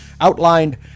outlined